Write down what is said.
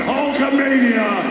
Hulkamania